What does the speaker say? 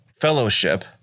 fellowship